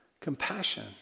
Compassion